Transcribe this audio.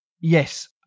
yes